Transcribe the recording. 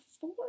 four